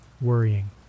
worrying